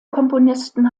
komponisten